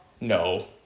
No